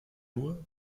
nur